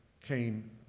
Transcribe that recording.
came